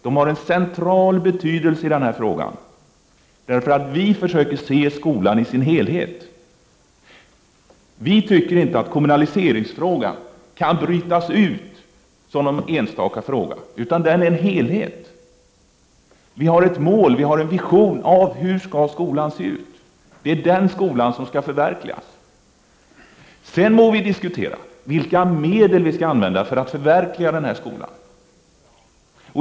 De har en central betydelse i den här frågan. Vi försöker se skolan i sin helhet. Vi tycker inte att kommunaliseringsfrågan kan brytas ut som en enstaka fråga, utan den hör till helheten. Vi har ett mål för och en vision av hur skolan skall se ut. Det är den skolan som skall förverkligas. Sedan må vi diskutera vilka medel vi skall använda för att förverkliga den här skolan.